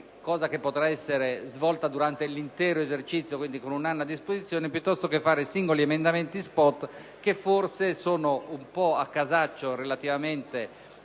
grazie.